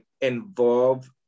involve